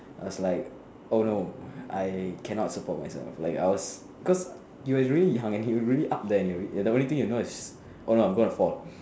I was like oh no I cannot support myself like I was cause you it was really hung and you were really up there and you the only thing you'll know is oh no I'm gonna fall